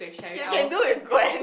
you can do with Gwen